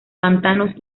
pantanos